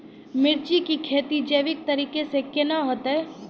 मिर्ची की खेती जैविक तरीका से के ना होते?